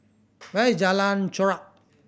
where is Jalan Chorak